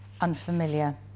unfamiliar